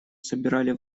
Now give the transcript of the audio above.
собирали